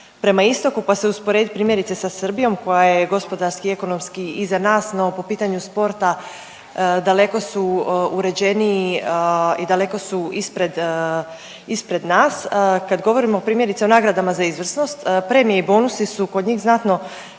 prema istoku pa se usporedit primjerice sa Srbijom koja je gospodarski i ekonomski iza nas no po pitanju sporta daleko su uređeniji i daleko su ispred, ispred nas. Kad govorimo primjerice o nagradama za izvrsnost premije i bonusi su kod njih znatno